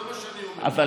זה מה שאני אומר, כל